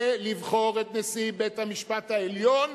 זה כדי לבחור את נשיא בית-המשפט העליון,